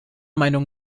meinung